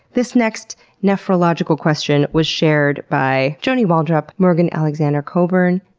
this next nephrological question was shared by joni waldrup, morgan alexandra coburn,